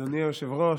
אדוני היושב-ראש,